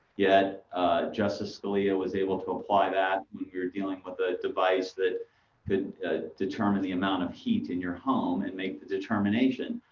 yet justice scalia was able to apply that when you're dealing with a device that can determine the amount of heat in your home and make a determination.